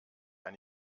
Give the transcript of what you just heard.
ein